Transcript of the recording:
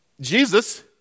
Jesus